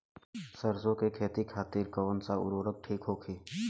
सरसो के खेती खातीन कवन सा उर्वरक थिक होखी?